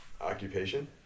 Occupation